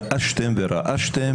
געשתם ורעשתם.